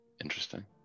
Interesting